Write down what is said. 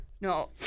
No